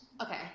Okay